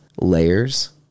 layers